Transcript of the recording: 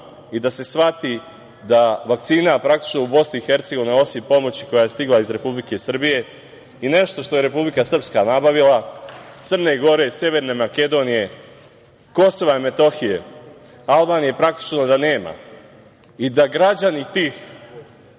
i da se shvati da vakcina, praktično, u Bosni i Hercegovini, osim pomoći koja je stigla iz Republike Srbije i nešto što je Republika Srpska nabavila, Crne Gore, Severne Makedonije, Kosova i Metohije, Albanije praktično da nema, i da građani tih